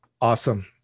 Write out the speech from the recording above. Awesome